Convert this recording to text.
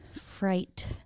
fright